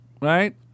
right